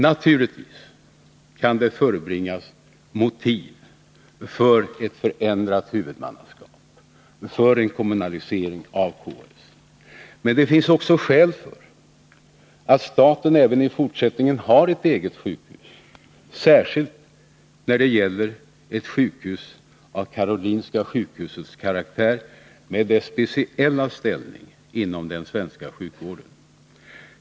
Naturligtvis kan det förebringas motiv för ett förändrat huvudmannaskap, för en kommunalisering av KS. Men det finns också skäl för att staten även i fortsättningen har ett eget sjukhus, särskilt när det gäller ett sjukhus av Karolinska sjukhusets karaktär och med dess speciella ställning inom den svenska sjukvården.